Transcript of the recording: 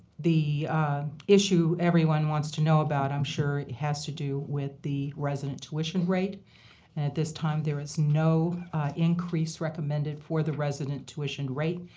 the issue everyone wants to know about, i'm sure, has to do with the resident tuition rate. and at this time there is no increase increase recommended for the resident tuition rate.